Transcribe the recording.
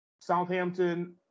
Southampton